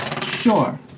Sure